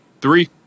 Three